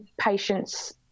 patients